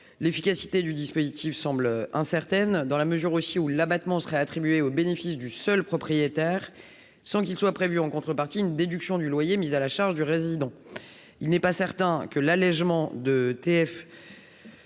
L'efficacité du dispositif semble incertaine, dans la mesure où l'abattement serait attribué au bénéfice du seul propriétaire, sans que soit prévue, en contrepartie, une déduction du loyer mis à la charge du résident. Il n'est pas certain que l'allégement de TFPB